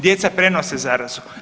Djeca prenose zarazu.